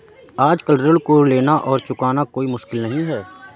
आजकल ऋण को लेना और चुकाना कोई मुश्किल नहीं है